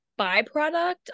byproduct